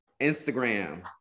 Instagram